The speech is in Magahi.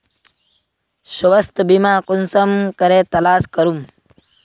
स्वास्थ्य बीमा कुंसम करे तलाश करूम?